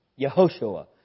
Yehoshua